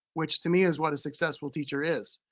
which to me is what a successful teacher is.